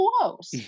close